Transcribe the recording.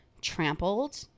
trampled